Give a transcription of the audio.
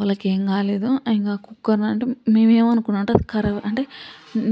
వాళ్ళకి ఏం కాలేదు ఇంక కుక్కర్ అంటే మేము ఏం అనుకున్నాం అంటే కరా